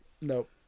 nope